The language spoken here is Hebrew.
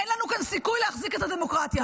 אין לנו כאן סיכוי להחזיק את הדמוקרטיה הזאת.